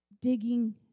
Digging